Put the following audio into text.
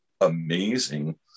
amazing